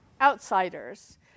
outsiders